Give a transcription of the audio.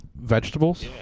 Vegetables